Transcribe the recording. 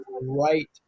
right